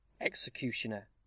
Executioner